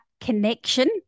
connection